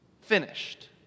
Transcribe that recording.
finished